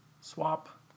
swap